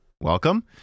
Welcome